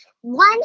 One